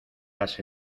las